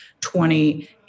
20